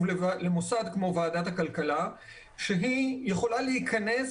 מאוד למוסד כמו ועדת הכלכלה שהיא יכולה להיכנס,